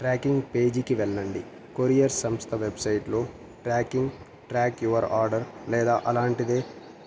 tracking పేజీకి వెళ్ళండి courier సంస్థ వెబ్సైట్లో ట్రాకింగ్ ట్రాక్ యువర్ ఆర్డర్ లేదా అలాంటిదే